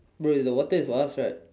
bro the water is for us right